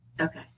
Okay